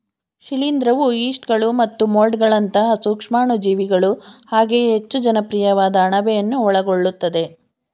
ಶಿಲೀಂಧ್ರವು ಯೀಸ್ಟ್ಗಳು ಮತ್ತು ಮೊಲ್ಡ್ಗಳಂತಹ ಸೂಕ್ಷಾಣುಜೀವಿಗಳು ಹಾಗೆಯೇ ಹೆಚ್ಚು ಜನಪ್ರಿಯವಾದ ಅಣಬೆಯನ್ನು ಒಳಗೊಳ್ಳುತ್ತದೆ